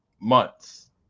months